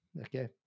okay